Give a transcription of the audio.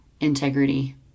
integrity